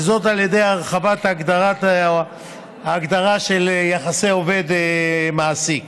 וזאת על ידי הרחבת ההגדרה של יחסי עובד מעסיק